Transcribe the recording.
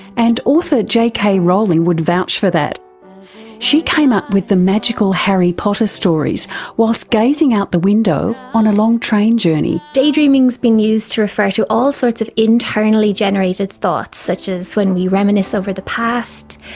and author jk like rowling would vouch for that she came up with the magical harry potter stories whilst gazing out the window on a long train journey. daydreaming has been used to refer to all sorts of internally generated thoughts, such as when we reminisce over the past,